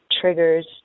triggers